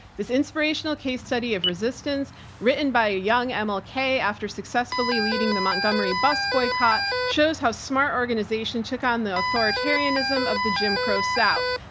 this inspirational case study of resistance written by a young um mlk after successfully leading the montgomery bus boycott shows how smart organization took on the authoritarianism of the jim crow south.